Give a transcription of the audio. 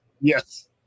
Yes